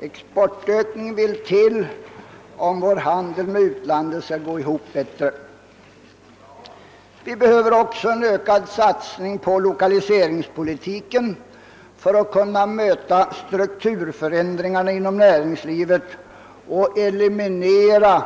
En exportökning vill till om vår handel med utlandet skall gå ihop bättre. Vi behöver också en ökad satsning på lokaliseringspolitiken för att kunna möta strukturförändringarna inom näringslivet och eliminera